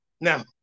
Now